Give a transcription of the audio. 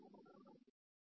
ವಿದ್ಯಾರ್ಥಿ ಅದು